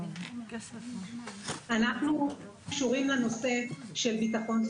האם משרד הרווחה רואה בפרויקט כזה